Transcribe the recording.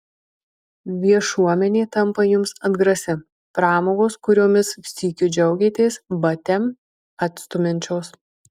viešuomenė tampa jums atgrasi pramogos kuriomis sykiu džiaugėtės bate atstumiančios